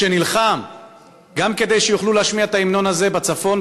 שנלחם גם כדי שיוכלו להשמיע את ההמנון הזה בצפון,